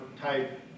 type